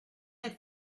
had